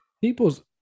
people's